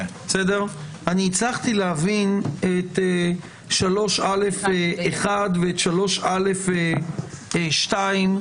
הצלחתי להבין את 3(א)(1) ואת 3(א)(2),